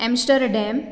Amsterdam